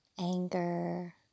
Anger